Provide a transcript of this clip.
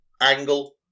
angle